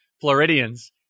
Floridians